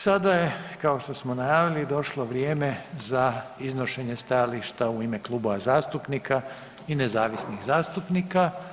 I sada je kao što smo najavili došlo vrijeme za iznošenje stajališta u ime klubova zastupnika i nezavisnih zastupnika.